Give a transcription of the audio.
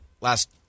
last